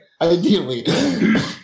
ideally